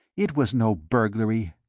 it was no burglary.